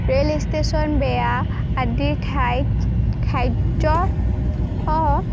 rail station বেয়া আদিৰ ঠাইত খাদ্য